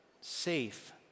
safe